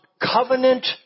covenant